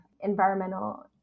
environmental